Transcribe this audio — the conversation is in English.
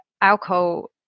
alcohol